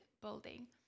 building